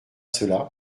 cela